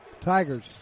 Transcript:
Tigers